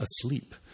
asleep